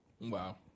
Wow